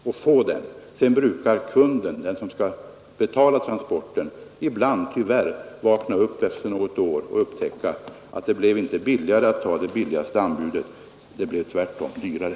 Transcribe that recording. Ibland vaknar kunden, den som skall betala transporten, upp efter något år och upptäcker att det inte blev billigare att ta det lägsta anbudet — det blev tvärtom dyrare.